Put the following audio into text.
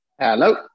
Hello